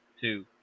two